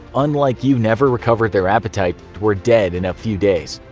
unlike you, never recovered their appetite, were dead in a few days.